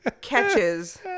catches